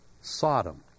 Sodom